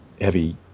heavy